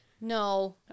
No